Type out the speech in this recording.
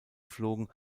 geflogen